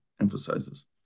emphasizes